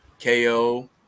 KO